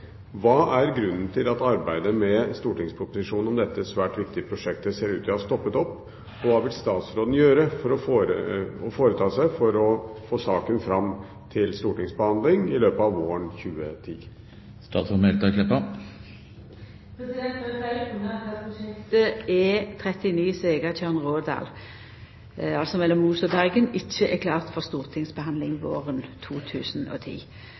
Hva er grunnen til at arbeidet med stortingsproposisjonen om dette svært viktige prosjektet ser ut til å ha stoppet opp, og hva vil statsråden foreta seg for å få saken fram til stortingsbehandling i løpet våren 2010?» Det er fleire grunnar til at prosjektet E39 Svegatjørn–Rådal, altså mellom Os og Bergen, ikkje er klart for stortingsbehandling våren 2010.